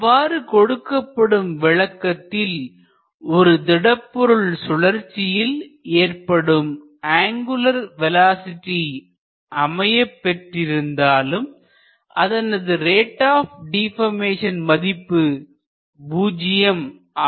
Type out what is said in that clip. அவ்வாறு கொடுக்கப்படும் விளக்கத்தில் ஒரு திடப்பொருள் சுழற்சியில் அங்குலர் வேலோஸிட்டி அமையப் பெற்றிருந்தாலும் அதனது ரேட் ஆப் டிபர்மேசன் மதிப்பு பூஜ்ஜியம் ஆகவே அமைந்திருக்கும்